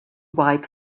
wipe